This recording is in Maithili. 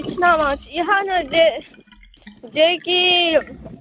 इचना माछ इएह ने जे जे कि